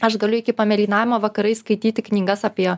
aš galiu iki pamėlynavimo vakarais skaityti knygas apie